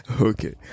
okay